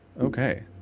Okay